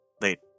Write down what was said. late